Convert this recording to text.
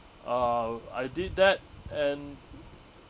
uh I did that and